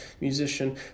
musician